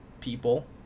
people